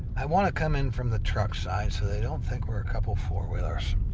i want to come in from the truck side so i don't think we're a couple four wheelers.